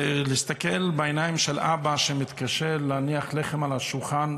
להסתכל בעיניים של אבא שמתקשה להניח לחם על השולחן,